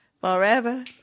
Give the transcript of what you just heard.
forever